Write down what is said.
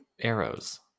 arrows